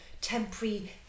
Temporary